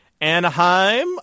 Anaheim